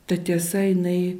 ta tiesa jinai